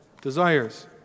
desires